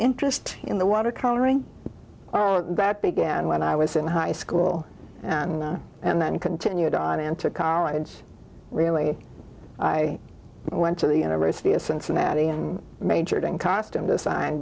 interest in the water coloring that began when i was in high school and then continued on to college really i went to the university of cincinnati and majored in costume design